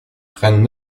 prennent